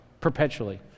perpetually